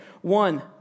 One